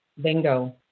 bingo